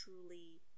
truly